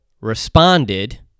responded